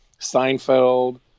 Seinfeld